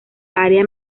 área